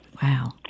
Wow